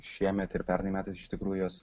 šiemet ir pernai metais iš tikrųjų jos